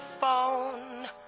phone